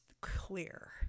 clear